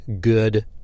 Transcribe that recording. good